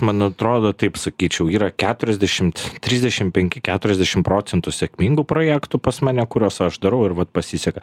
man atrodo taip sakyčiau yra keturiasdešimt trisdešim penki keturiasdešim procentų sėkmingų projektų pas mane kuriuos aš darau ir vat pasiseka